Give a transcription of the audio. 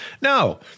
No